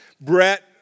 Brett